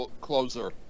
closer